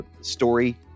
story